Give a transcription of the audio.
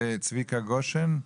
צביקה גושן,